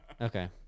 okay